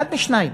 אחד משניים.